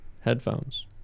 headphones